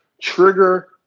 trigger